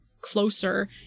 closer